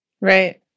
Right